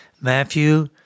Matthew